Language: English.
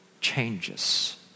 changes